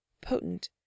potent